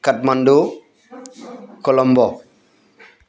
Kathmandu Colombo